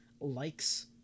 likes